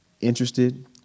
interested